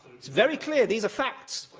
it's very clear these are facts.